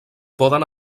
poden